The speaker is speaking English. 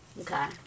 Okay